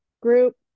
group